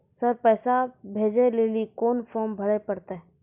Sir पैसा भेजै लेली कोन फॉर्म भरे परतै?